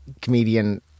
comedian